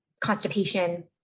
constipation